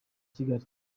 kigali